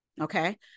Okay